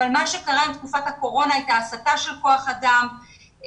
אבל בתקופת הקורונה הייתה הסטה של כוח אדם,